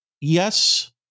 yes